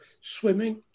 swimming